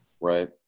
right